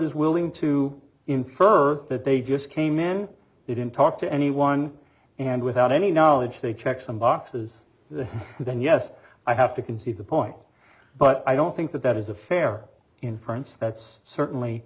is willing to infer that they just came in they didn't talk to anyone and without any knowledge they check some boxes then yes i have to concede the point but i don't think that that is a fair inference that's certainly